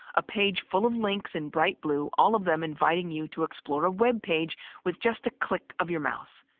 a page full of links and bright blue, all of them inviting you to explore a web page with just a click of your mouse.